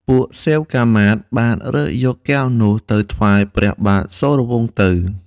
ពួកសេវកាមាត្យ បានរើសយកកែវនោះ ទៅថ្វាយព្រះបាទសូរវង្សទៅ។